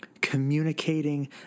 Communicating